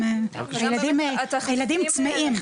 הילדים צמאים,